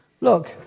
Look